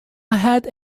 had